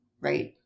right